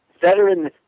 veteran